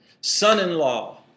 Son-in-law